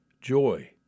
Joy